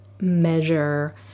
measure